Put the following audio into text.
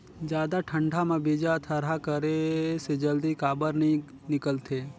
जादा ठंडा म बीजा थरहा करे से जल्दी काबर नी निकलथे?